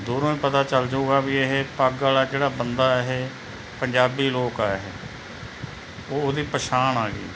ਦੂਰੋਂ ਹੀ ਪਤਾ ਚੱਲ ਜਾਊਗਾ ਵੀ ਇਹ ਪੱਗ ਵਾਲਾ ਜਿਹੜਾ ਬੰਦਾ ਇਹ ਪੰਜਾਬੀ ਲੋਕ ਆ ਇਹ ਉਹ ਉਹਦੀ ਪਛਾਣ ਆ ਗਈ